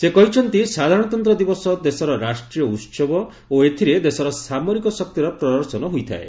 ସେ କହିଛନ୍ତି ସାଧାରଣତନ୍ତ୍ର ଦିବସ ଦେଶର ରାଷ୍ଟ୍ରୀୟ ଉତ୍ସବ ଓ ଏଥିରେ ଦେଶର ସାମରିକ ଶକ୍ତିର ପ୍ରଦର୍ଶନ ହୋଇଥାଏ